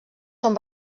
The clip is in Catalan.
són